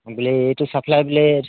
বোলো এইটো চাফ্লাই বোলো